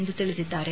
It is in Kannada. ಎಂದು ತಿಳಿಸಿದ್ದಾರೆ